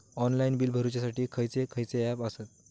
Online bill भरुच्यासाठी खयचे खयचे ऍप आसत?